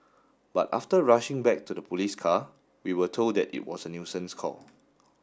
but after rushing back to the police car we were told that it was a nuisance call